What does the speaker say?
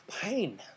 pain